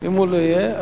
ואם הוא לא יהיה?